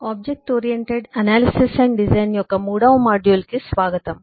object oriented analysis and design యొక్క module 3 కు స్వాగతం